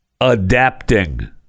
adapting